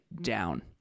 down